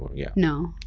yeah? no.